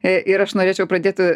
ir aš norėčiau pradėt